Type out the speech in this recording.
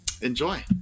Enjoy